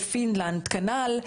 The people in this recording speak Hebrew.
בפינלנד כנ"ל.